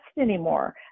anymore